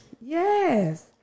yes